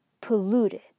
Polluted